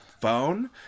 phone